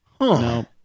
No